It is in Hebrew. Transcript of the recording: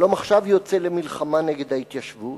"שלום עכשיו" יוצא למלחמה נגד ההתיישבות